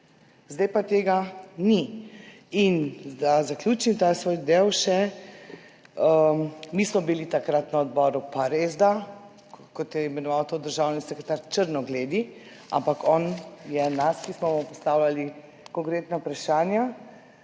Zdaj pa tega ni. In da še zaključim ta svoj del. Mi smo bili takrat na odboru resda, kot je imenoval to državni sekretar, črnogledi, ampak on je nas, ki smo mu postavljali konkretna vprašanja,